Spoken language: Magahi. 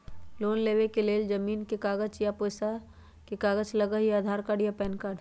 लोन लेवेके लेल जमीन के कागज या पेशा के कागज लगहई या आधार कार्ड या पेन कार्ड?